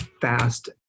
fast